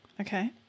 Okay